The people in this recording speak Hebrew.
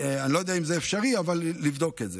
אני לא יודע אם זה אפשרי אבל צריך לבדוק את זה.